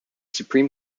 supreme